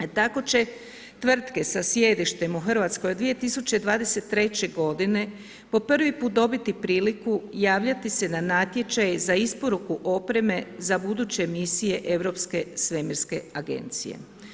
Tako će tvrtke sa sjedištem u RH od 2023. godine po prvi put dobiti priliku javljati se na natječaje za isporuku opreme za buduće misije Europske svemirske agencije.